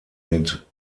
mit